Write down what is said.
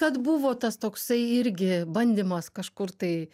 kad buvo tas toksai irgi bandymas kažkur tai